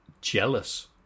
Jealous